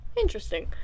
Interesting